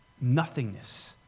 nothingness